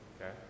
Okay